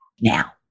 now